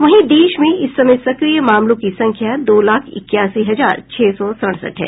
वहीं देश में इस समय सक्रिय मामलों की संख्या दो लाख इक्यासी हजार छह सौ सड़सठ है